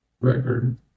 record